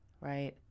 Right